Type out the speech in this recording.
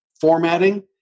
formatting